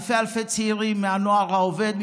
אלפי אלפי צעירים מהנוער העובד,